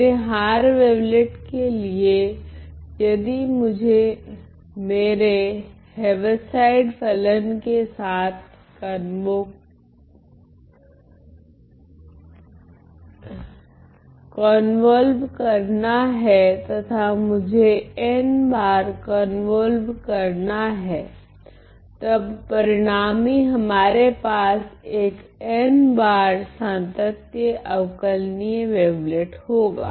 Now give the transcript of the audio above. मेरे Haar wavelet के लिए यदि मुझे मेरे हेव्यसाइड फलन के साथ कोनवोलव करना है तथा मुझे n बार कोनवोलव करना है तब परिणामी हमारे पास एक n बार सांतत्य अवकलनीय वेवलेट होगा